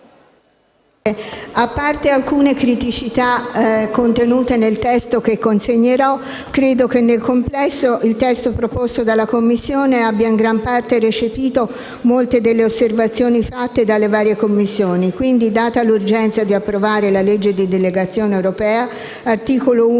a parte alcune criticità contenute nel testo che consegnerò, credo che nel complesso il testo proposto dalla Commissione abbia in gran parte recepito molte delle osservazioni fatte dalle varie Commissioni. Data l'urgenza di approvare la legge di delegazione europea, Articolo 1-MDP